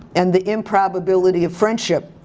and the improbability of friendship.